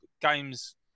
games